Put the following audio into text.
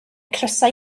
crysau